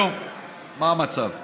מה המצב היום.